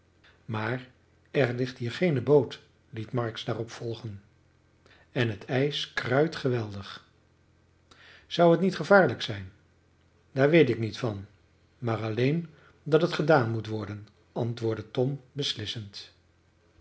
maar er ligt hier geene boot liet marks daarop volgen en het ijs kruit geweldig zou het niet gevaarlijk zijn daar weet ik niet van maar alleen dat het gedaan moet worden antwoordde tom beslissend